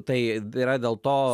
tai yra dėl to